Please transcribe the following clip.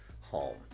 home